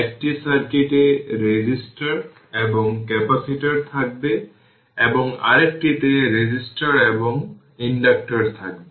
একটি সার্কিট এ রেজিস্টর এবং ক্যাপাসিটর থাকবে এবং আরেকটিতে রেজিস্টর এবং ইন্ডাক্টর থাকবে